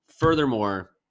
Furthermore